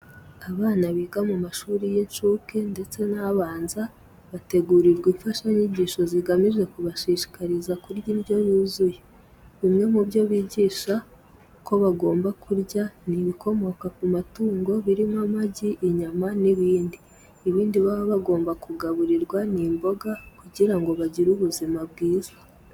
Abana biga mu mashuri y'inshuke ndetse n'abanza bategurirwa imfashanyigisho zigamije kubashishikariza kurya indyo yuzuye. Bimwe mu byo bigisha ko bagomba kurya ni ibikomoka ku matungo birimo amagi, inyama n'ibindi. Ibindi baba bagomba kugaburirwa ni imboga kugira ngo bagire ubuzima bwiza.